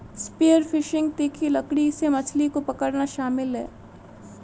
spear fishing तीखी लकड़ी से मछली को पकड़ना शामिल है